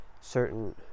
certain